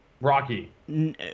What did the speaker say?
Rocky